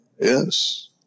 Yes